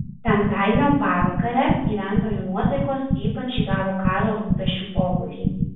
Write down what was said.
penktadienio pavakare gyventojų nuotaikos ypač įgavo karo rūpesčių pobūdį